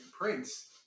Prince